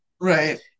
right